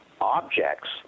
objects